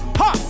ha